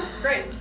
Great